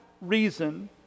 reason